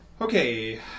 okay